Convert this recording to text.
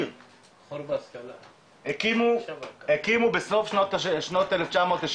הקימו בסוף שנת 1970